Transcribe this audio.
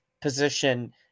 position